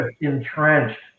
entrenched